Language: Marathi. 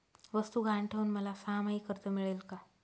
वस्तू गहाण ठेवून मला सहामाही कर्ज मिळेल का?